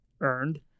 earned